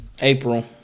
april